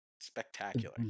spectacular